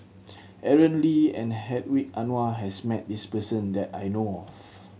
Aaron Lee and Hedwig Anuar has met this person that I know of